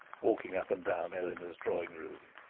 walking up and down eleanor's drawing-room.